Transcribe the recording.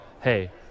hey